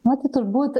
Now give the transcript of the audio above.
na tai turbūt